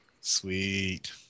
Sweet